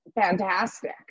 fantastic